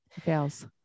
fails